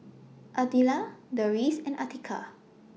Deris and Atiqah